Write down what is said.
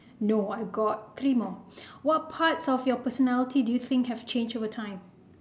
no I got three more what parts of your personality do you think have changed overtime